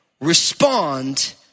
respond